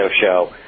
show